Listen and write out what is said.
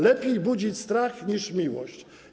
Lepiej budzić strach niż miłość.